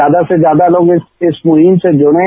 ज्यादा से ज्यादा लोग इस मुहिम से जुड़ें